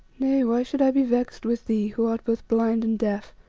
nay, why should i be vexed with thee, who art both blind and deaf?